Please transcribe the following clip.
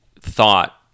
thought